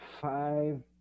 five